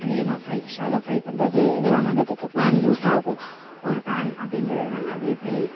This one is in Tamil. அதிகமாக ஃப்ரை சாலோ ஃப்ரை பண்ணுறது இதெல்லாம் பண்ணுறத்துக்கு பேன் யூஸ் ஆகும் ஒரு பேன் அப்படிங்கிறதுனா அது எப்படி